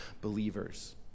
believers